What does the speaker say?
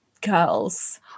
girls